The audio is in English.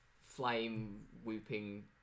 flame-whooping